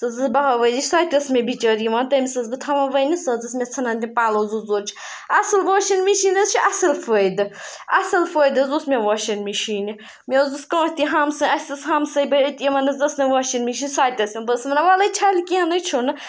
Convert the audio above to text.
باہہ ؤرِش سۄ تہِ ٲس مےٚ بِچٲر یِوان تٔمِس ٲسٕس بہٕ تھَوان ؤنِتھ سۄ حظ ٲس مےٚ ژھٕنان تِم پَلو زٕ ژور چھِ اَصٕل واشنٛگ مِشیٖن حظ چھِ اَصٕل فٲیِدٕ اَصٕل فٲیِدٕ حظ اوس مےٚ واشنٛگ مِشیٖنہِ مےٚ حظ اوس کانٛہہ تہِ ہمساے اَسہِ ٲس ہمساے باے أتۍ یِمَن حظ ٲس نہٕ واشنٛگ مِشیٖن سۄ تہِ ٲس یِوان بہٕ ٲسٕس وَنان وَلَے چھَلہِ کینٛہہ نَے چھُنہٕ